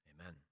Amen